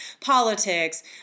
politics